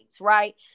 right